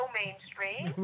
mainstream